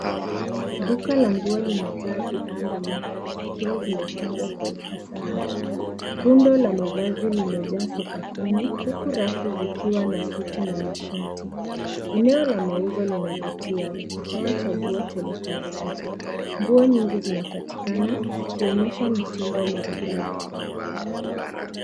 Duka la nguo limejaa bidhaa mbalimbali zikiwa zimepangwa kwa ufasaha. Rundo la mavazi limejaa sakafuni huku rafu zikiwa na suti na mashati. Eneo la mauzo linavutia likitoa chaguo tele kwa wateja. Nguo nyingi zinapatikana zikionyesha mtindo maridadi.